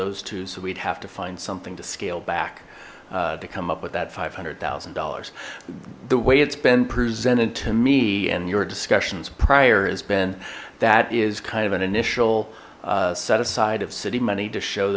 those two so we'd have to find something to scale back to come up with that five hundred thousand dollars the way it's been presented to me and your discussions prior has been that is kind of an initial set aside of city money to show